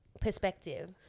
perspective